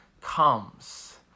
comes